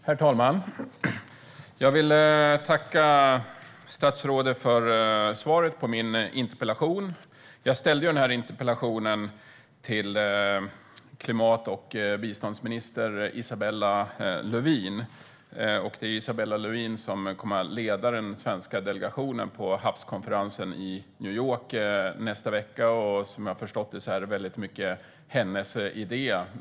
Herr talman! Jag vill tacka statsrådet för svaret på min interpellation. Jag ställde den till klimat och biståndsminister Isabella Lövin, och det är Isabella Lövin som kommer att leda den svenska delegationen på havskonferensen i New York nästa vecka. Som jag har förstått det är havskonferensen väldigt mycket hennes idé.